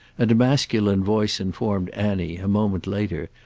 and a masculine voice informed annie, a moment later,